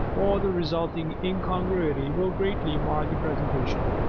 or the resulting incongruity will greatly mar the presentation.